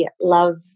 love